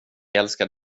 älskar